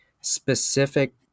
specific